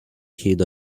kid